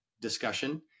discussion